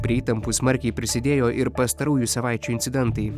prie įtampų smarkiai prisidėjo ir pastarųjų savaičių incidentai